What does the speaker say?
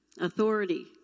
authority